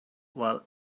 while